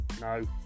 No